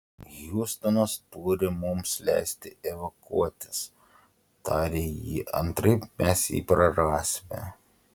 hjustonas turi mums leisti evakuotis tarė ji antraip mes jį prarasime